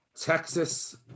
Texas